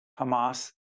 Hamas